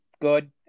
good